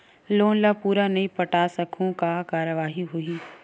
Loan ला पूरा नई पटा सकहुं का कारवाही होही?